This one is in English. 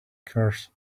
curse